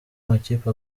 amakipe